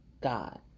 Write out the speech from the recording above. God